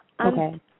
Okay